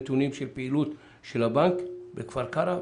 נתונים של פעילות הבנק בכפר קרע,